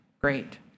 great